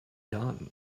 done